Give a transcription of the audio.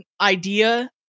idea